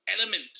element